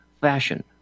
fashion